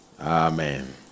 Amen